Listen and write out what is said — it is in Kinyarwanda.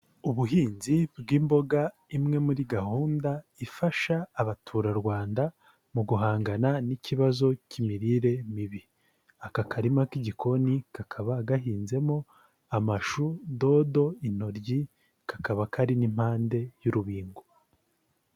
Ubuhinzi bw'imboga imwe muri gahunda ifasha abaturarwanda mu guhangana n'ikibazo k'imirire mibi, aka karima k'igikoni kakaba gahinzemo amashu, dodo, intoryi, kakaba kari n'impande y'urubingo.